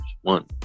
one